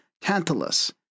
Tantalus